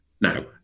now